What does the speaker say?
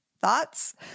thoughts